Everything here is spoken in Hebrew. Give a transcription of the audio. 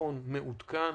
ביטחון מעודכן.